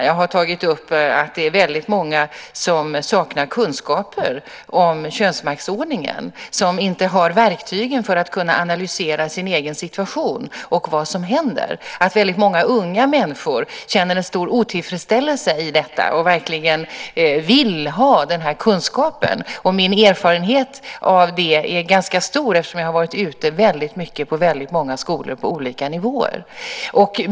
Jag har tagit upp att många saknar kunskaper om könsmaktsordningen och inte har verktygen för att kunna analysera sin egen situation och vad som händer. Många unga människor känner en stor otillfredsställelse i detta och vill verkligen ha den kunskapen. Min erfarenhet av detta är stor eftersom jag har varit ute på många skolor på olika nivåer.